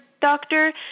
doctor